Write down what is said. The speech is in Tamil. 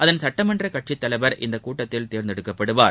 அதன் சட்டமன்ற கட்சித் தலைவர் இந்தக் கூட்டத்தில் தேர்ந்தெடுக்கப்படுவார்